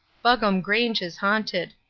buggam grange is haunted.